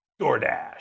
DoorDash